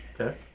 okay